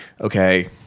okay